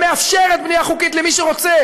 ומאפשרת בנייה חוקית למי שרוצה,